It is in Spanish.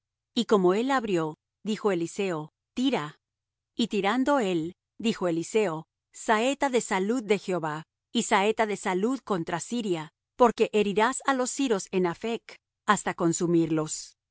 y como él la abrió dijo eliseo tira y tirando él dijo eliseo saeta de salud de jehová y saeta de salud contra siria porque herirás á los siros en aphec hasta consumirlos y